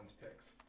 picks